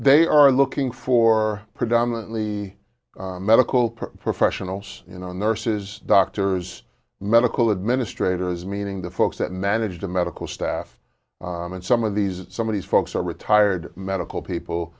they are looking for predominantly medical professionals you know nurses doctors medical administrators meaning the folks that manage the medical staff and some of these somebodies folks are retired medical people